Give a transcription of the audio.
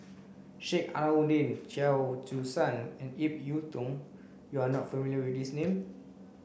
Sheik Alau'ddin Chia Choo Suan and Ip Yiu Tung you are not familiar with these names